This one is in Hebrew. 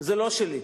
זה לא שלי,